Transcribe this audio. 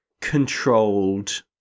controlled